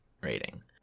rating